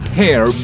hair